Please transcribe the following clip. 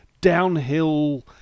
downhill